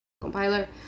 compiler